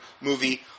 movie